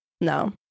No